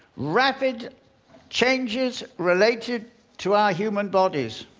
rapid changes related to our human bodies.